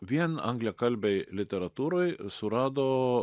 vien anglakalbėj literatūroj surado